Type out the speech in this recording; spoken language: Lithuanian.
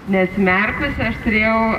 neatsimerkusi aš turėjau